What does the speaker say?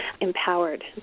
empowered